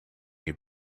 you